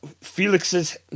Felix's